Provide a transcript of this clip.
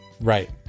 right